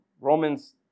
Romans